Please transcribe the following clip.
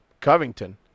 Covington